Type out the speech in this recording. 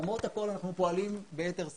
למרות הכול אנחנו פועלים ביתר שאת.